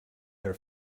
her